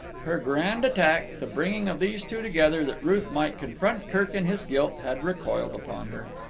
her grand attack, the bringing of these two together that ruth might confront kirk in his guilt, had recoiled upon her.